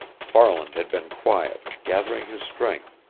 farland had been quiet, gathering his strength,